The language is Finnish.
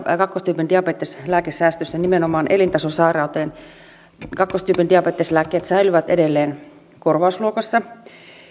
kakkostyypin diabeteslääkesäästöissä nimenomaan elintasosairauteen kakkostyypin diabeteslääkkeet säilyvät edelleen korvausluokassa